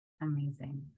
Amazing